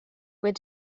where